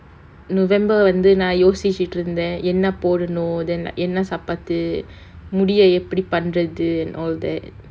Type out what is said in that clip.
novemeber வந்து நான் யோசிச்சிட்டு இருந்தேன் என்ன போடணும்:vanthu naan yosichittu irunthaen enna podanum then என்ன சாப்பாடு முடிய எப்படி பண்றது:enna saappaadu mudiya eppadi pandrathu all that